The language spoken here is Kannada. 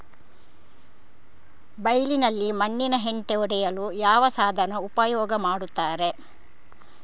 ಬೈಲಿನಲ್ಲಿ ಮಣ್ಣಿನ ಹೆಂಟೆ ಒಡೆಯಲು ಯಾವ ಸಾಧನ ಉಪಯೋಗ ಮಾಡುತ್ತಾರೆ?